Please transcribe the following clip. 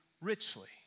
richly